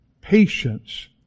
patience